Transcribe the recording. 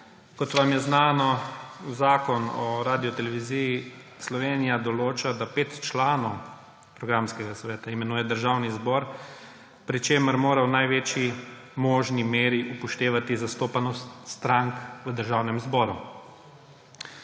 Kot vam je znano, Zakon o Radioteleviziji Slovenija določa, da pet članov programskega sveta imenuje Državni zbor, pri čemer mora v največji možni meri upoštevati zastopanost strank v Državnem zboru.